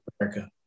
America